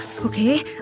Okay